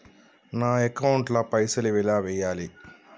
నా అకౌంట్ ల పైసల్ ఎలా వేయాలి?